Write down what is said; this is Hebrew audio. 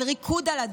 על ריקוד על הדם.